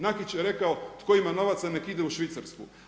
Nakić je rekao, tko ima novaca neka ide u Švicarsku.